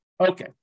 Okay